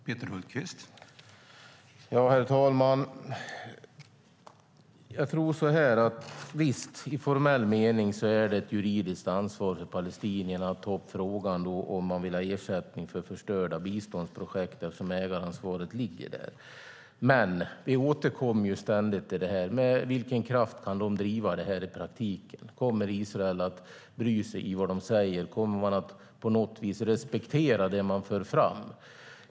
Herr talman! Visst är det i formell mening ett juridiskt ansvar för palestinierna att ta upp frågan om de vill ha ersättning för förstörda biståndsprojekt, eftersom ägaransvaret ligger där. Men vi återkommer ju ständigt till det problemet: Med vilken kraft kan de driva det här i praktiken? Kommer Israel att bry sig om vad de säger? Kommer de att på något vis respektera det palestinierna för fram?